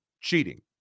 cheating